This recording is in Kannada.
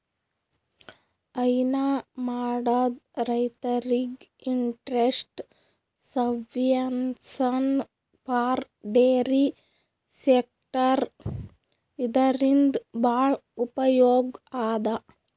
ಹೈನಾ ಮಾಡದ್ ರೈತರಿಗ್ interest subvention for dairy sector ಇದರಿಂದ್ ಭಾಳ್ ಉಪಯೋಗ್ ಅದಾ